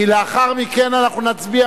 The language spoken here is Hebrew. כי לאחר מכן אנחנו נצביע,